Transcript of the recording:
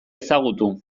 ezagutu